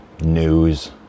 news